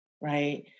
right